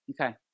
Okay